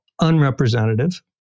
unrepresentative